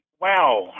Wow